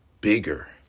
bigger